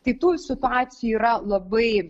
tai tų situacijų yra labai